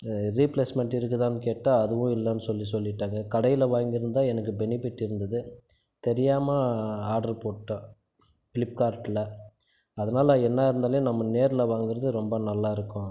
replacement இருக்குதான்னு கேட்டால் அதுவும் இல்லைன்னு சொல்லி சொல்லிவிட்டாங்க கடையில் வாங்கிருந்தால் எனக்கு பெனிஃபிட் இருந்துது தெரியாமல் ஆர்டர் போட்டுடேன் ஃப்ளிப்கார்டில் அதனால் என்ன இருந்தாலும் நம்ம நேரில் வாங்குறது ரொம்ப நல்லாயிருக்கும்